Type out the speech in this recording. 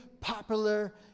popular